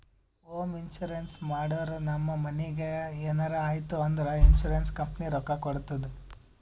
home insurance ಮಾಡುರ್ ನಮ್ ಮನಿಗ್ ಎನರೇ ಆಯ್ತೂ ಅಂದುರ್ ಇನ್ಸೂರೆನ್ಸ್ ಕಂಪನಿ ರೊಕ್ಕಾ ಕೊಡ್ತುದ್